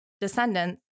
descendants